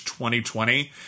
2020